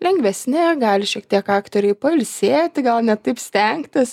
lengvesni gali šiek tiek aktoriai pailsėti gal ne taip stengtis